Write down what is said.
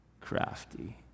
crafty